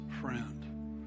friend